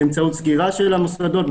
באמצעות סגירה של המוסדות,